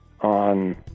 on